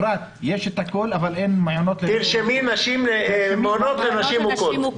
אפרת, יש את הכול, אבל אין מעונות לנשים מוכות.